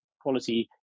quality